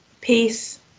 peace